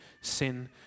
sin